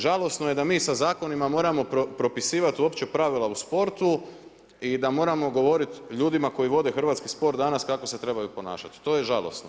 Žalosno je da mi sa zakonima moramo propisivat uopće pravila u sportu i da moramo govorit ljudima koji vode hrvatski sport danas kako se trebaju ponašat, to je žalosno.